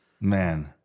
Man